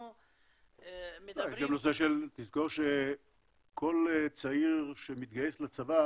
לא, גם תזכור שכל צעיר שמתגייס לצבא